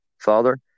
Father